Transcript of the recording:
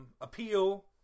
Appeal